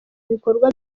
bikorwa